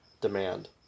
demand